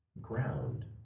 ground